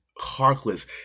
Harkless